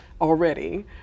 already